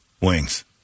wings